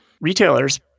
retailers